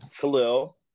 Khalil